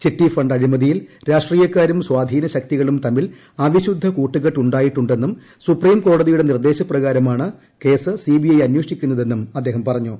ചിട്ടി ഫണ്ട് അഴിമതിയിൽ രാഷ്ട്രീയ്ക്കാരും സ്വാധീന ശക്തികളും തമ്മിൽ അവിശുദ്ധ കൂട്ടുകെട്ട് ക്ട്ട്ടായിട്ടുണ്ടെന്നും സുപ്രീംകോടതിയുടെ നിർദേദശപ്രകാരമാണ് കേസ് സിബിഐ അന്വേഷിക്കുന്നതെന്നും അദ്ദേഹം പറഞ്ഞു